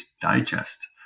digest